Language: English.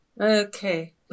Okay